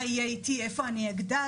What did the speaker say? מה יהיה עם הילד ואיפה הוא יגדל,